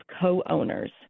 co-owners